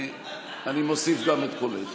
אני מוסיף גם את קולך.